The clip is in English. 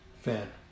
fan